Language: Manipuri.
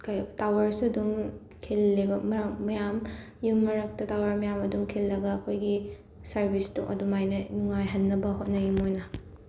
ꯀꯩ ꯇꯥꯋꯔꯁꯨ ꯑꯗꯨꯝ ꯈꯤꯜꯂꯦꯕ ꯃꯌꯥꯝ ꯌꯨꯝ ꯃꯔꯛꯇ ꯇꯥꯋꯔ ꯃꯌꯥꯝ ꯑꯗꯨ ꯈꯤꯜꯂꯒ ꯑꯩꯈꯣꯏꯒꯤ ꯁꯥꯔꯕꯤꯁꯇꯣ ꯑꯗꯨꯃꯥꯏꯅ ꯅꯨꯉꯥꯏꯍꯟꯅꯕ ꯍꯣꯠꯅꯩ ꯃꯣꯏꯅ